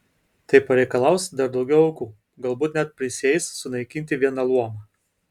tai pareikalaus dar daugiau aukų galbūt net prisieis sunaikinti vieną luomą